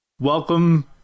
Welcome